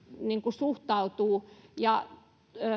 suhtautuu tämä on